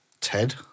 Ted